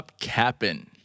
capping